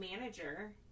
manager